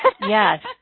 yes